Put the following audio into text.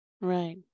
Right